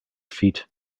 feet